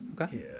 Okay